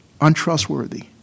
untrustworthy